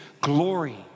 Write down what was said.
glory